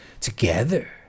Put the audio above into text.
together